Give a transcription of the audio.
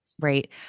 Right